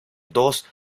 dos